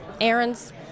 errands